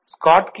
Schottky D